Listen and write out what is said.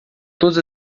todas